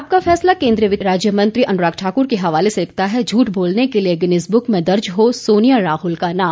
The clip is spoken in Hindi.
आपका फैसला केंद्रीय वित्त राज्य मंत्री अनुराग ठाकुर के हवाले से लिखता है झूठ बोलने के लिए गिनीज बुक में दर्ज हो सोनिया राहुल का नाम